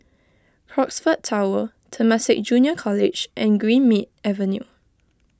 Crockfords Tower Temasek Junior College and Greenmead Avenue